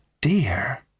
dear